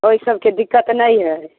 ओहि सभके दिक्कत नहि है